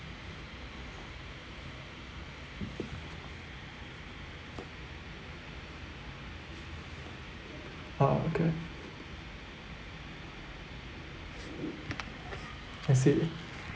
ah okay I see